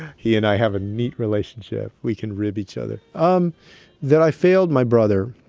he and i have a neat relationship. we can rib each other. um that i failed my brother